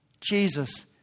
Jesus